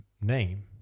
name